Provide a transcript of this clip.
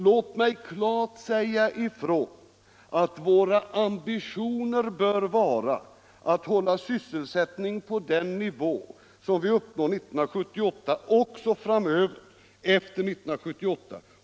Låt mig klart säga ifrån att våra ambitioner bör vara att hålla sysselsättningen på den nivå som vi uppnår 1978 också framöver, efter 1978.